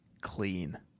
clean